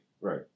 Right